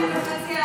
קיש: